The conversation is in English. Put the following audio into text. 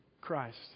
Christ